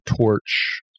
torch